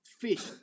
fish